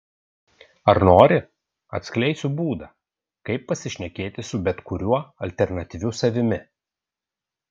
ar nori atskleisiu būdą kaip pasišnekėti su bet kuriuo alternatyviu savimi